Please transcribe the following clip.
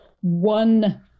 one